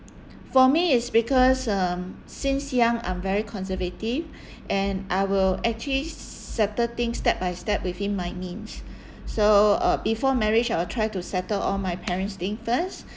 for me it's because um since young I'm very conservative and I will actually settle things step by step within my means so uh before marriage I'll try to settle all my parents thing first